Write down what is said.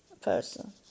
person